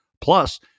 plus